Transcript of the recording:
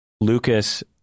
Lucas